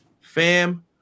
Fam